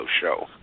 show